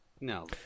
No